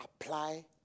apply